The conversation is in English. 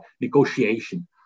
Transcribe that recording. negotiation